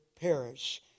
perish